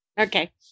Okay